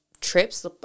trips